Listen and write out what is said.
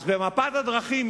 אז במפת הדרכים,